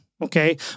Okay